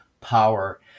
power